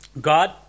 God